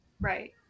Right